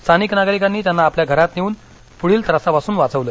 स्थानिक नागरिकांनी त्यांना आपल्या घरात नेऊन पुढील त्रासापासून वाचवलं